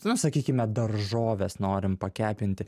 nu sakykime daržoves norim pakepinti